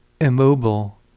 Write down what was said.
immobile